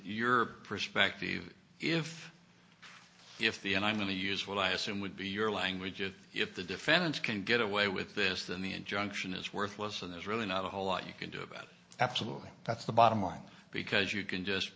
your perspective if if the and i'm going to use what i assume would be your language is if the defendants can get away with this than the injunction is worthless and there's really not a whole lot you can do about it absolutely that's the bottom line because you can just